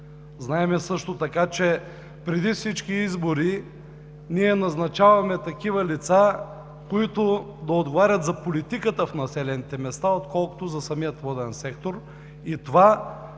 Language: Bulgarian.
Знаем също така, че преди всички избори ние назначаваме такива лица, които отговарят за политиката в населените места, отколкото за самия воден сектор, и това